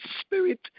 spirit